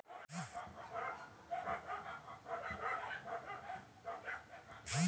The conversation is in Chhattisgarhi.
जेन खेत म बनेच के पथरा रथे ओला पथरहा खेत कथें